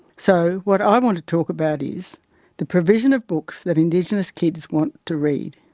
so what i want to talk about is the provision of books that indigenous kids want to read.